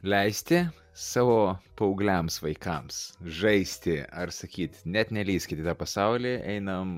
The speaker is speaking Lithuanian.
leisti savo paaugliams vaikams žaisti ar sakyt net nelįskit į tą pasaulį einam